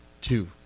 two